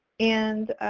and,